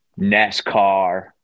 NASCAR